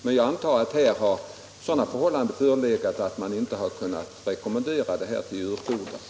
Men jag antar att det i detta fall har förelegat sådana förhållanden att man inte har kunnat rekommendera överskottet till djurfoder.